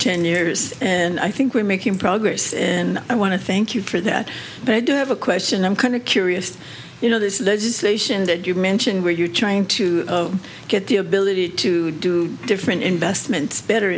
ten years and i think we're making progress and i want to thank you for that but i do have a question i'm kind of curious you know this legislation that you mentioned where you're trying to get the ability to do different investments better